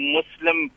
Muslim